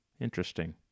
Interesting